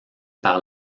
par